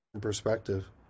perspective